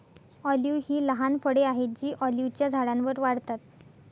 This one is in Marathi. ऑलिव्ह ही लहान फळे आहेत जी ऑलिव्हच्या झाडांवर वाढतात